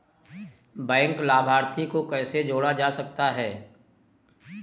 Bank लाभार्थी को कैसे जोड़ा जा सकता है?